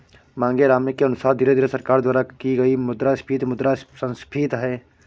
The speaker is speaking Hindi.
मांगेराम के अनुसार धीरे धीरे सरकार द्वारा की गई मुद्रास्फीति मुद्रा संस्फीति है